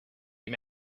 him